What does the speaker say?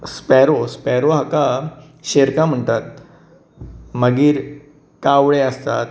sparrow sparrow हाका शेरका म्हणटात मागीर कावळे आसतात